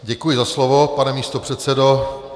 Děkuji za slovo, pane místopředsedo.